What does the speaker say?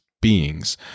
beings